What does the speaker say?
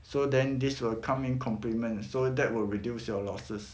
so then this will come in compliments so that will reduce your losses